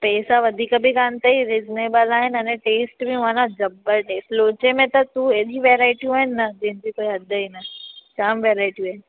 पैसा वधीक बि कोन्ह अथई रिज़नेबल आहिनि अने टेस्ट बि मनां जब्बर टेस्ट लोचे में त तूं हेॾियूं वेराइटियूं आहिनि न जंहंजी कोई हदि ई न आहे जाम वेराइटियूं आहिनि